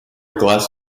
glass